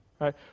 Right